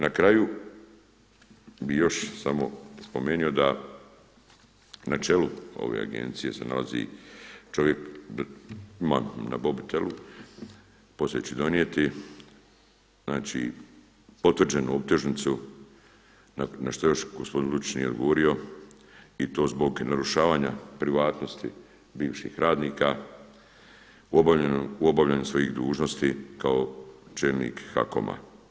Na kraju, bih još samo spomenuo da na čelu ove agencije se nalazi čovjek, imam na mobitelu, poslije ću donijeti, znači potvrđenu optužnicu, na što još gospodin Lučić nije odgovorio i to zbog narušavanja privatnosti bivših radnika u obavljanju svojih dužnosti kao čelnik HAKOM-a.